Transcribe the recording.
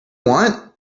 want